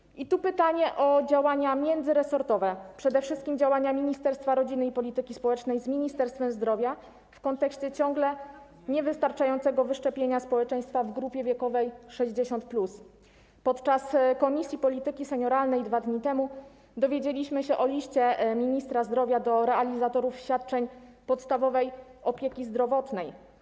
Tu pojawia się pytanie o działania międzyresortowe, przede wszystkim działania Ministerstwa Rodziny i Polityki Społecznej oraz Ministerstwa Zdrowia w kontekście ciągle niewystarczającego wyszczepienia społeczeństwa w grupie wiekowej 60+. 2 dni temu, podczas posiedzenia Komisji Polityki Senioralnej, dowiedzieliśmy się o liście ministra zdrowia do realizatorów świadczeń podstawowej opieki zdrowotnej.